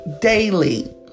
daily